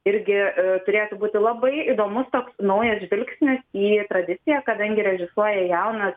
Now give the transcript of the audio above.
irgi turėtų būti labai įdomus toks naujas žvilgsnis į tradiciją kadangi režisuoja jaunas